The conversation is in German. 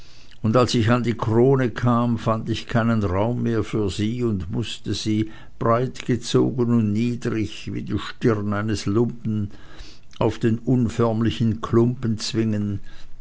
und als ich an die krone kam fand ich keinen raum mehr für sie und mußte sie breitgezogen und niedrig wie die stirne eines lumpen auf den unförmlichen klumpen zwingen